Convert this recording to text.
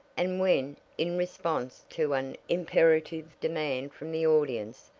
and when, in response to an imperative demand from the audience,